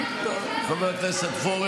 אין לך לב, אנחנו, חבר הכנסת פורר,